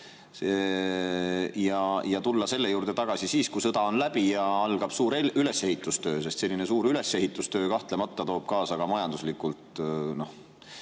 ja tulla selle juurde tagasi siis, kui sõda on läbi ja algab suur ülesehitustöö? Selline suur ülesehitustöö kahtlemata toob kaasa ka majanduslikult